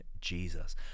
Jesus